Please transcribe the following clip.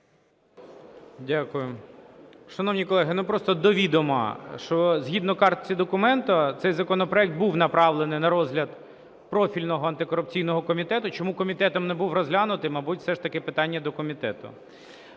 Дякую. Шановні колеги, просто до відома, що згідно картки документу, цей законопроект був направлений на розгляд профільного антикорупційного комітету. Чому комітетом не був розглянутий – мабуть, все ж таки питання до комітету.